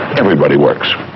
everybody works.